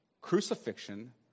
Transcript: crucifixion